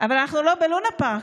אבל אנחנו לא בלונה פארק,